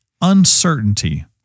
uncertainty